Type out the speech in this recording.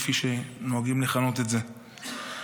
כפי שנוהגים לכנות את זה,